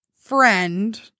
friend